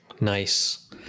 Nice